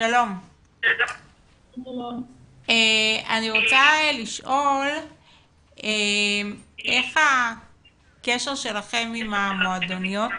אני רוצה לשאול איך הקשר שלכם עם המועדוניות?